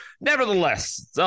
nevertheless